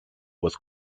was